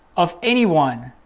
of anyone